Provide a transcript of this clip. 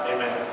Amen